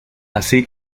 así